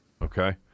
Okay